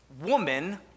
woman